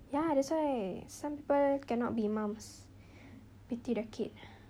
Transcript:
ya that's why some people cannot be mums pity the kid